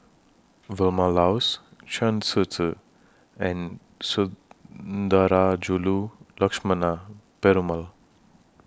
Vilma Laus Chen Shiji and Sundarajulu Lakshmana Perumal